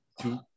two